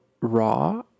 raw